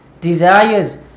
desires